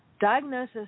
Diagnosis